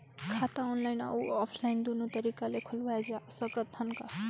खाता ऑनलाइन अउ ऑफलाइन दुनो तरीका ले खोलवाय सकत हन का?